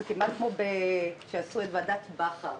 זה כמעט כפי שעשו בוועדת בכר,